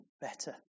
better